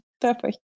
perfect